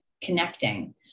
connecting